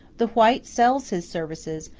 the white sells his services,